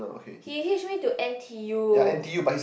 he hitch me to N_T_U